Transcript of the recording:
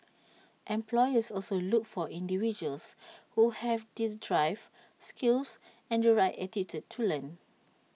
employers also look for individuals who have these drive skills and the right attitude to learn